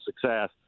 success